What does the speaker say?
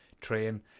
Train